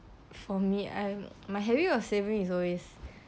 for me i'm my habit of saving is always